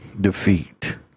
Defeat